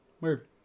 Weird